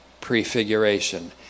prefiguration